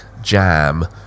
jam